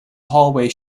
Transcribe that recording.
hallway